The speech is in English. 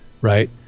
right